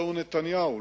זהו נתניהו.